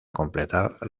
completar